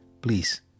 please